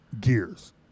gears